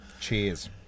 Cheers